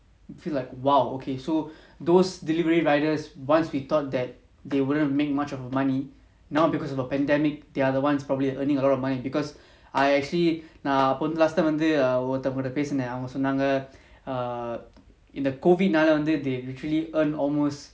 feel like !wow! okay so those delivery riders once we thought that they wouldn't make much of money now because of a pandemic they are the ones probably earning a lot of money because I actually நான்அப்போவந்து:nan apo vandhu last time வந்துஒருத்தங்ககிட்டபேசுனேன்அவங்கசொன்னாங்கஇந்த:vandhu oruthangakita pesunen avanga sonnanga indha err in the COVID வந்து:vandhu they actually earn almost